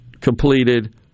completed